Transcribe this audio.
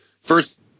first